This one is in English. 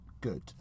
good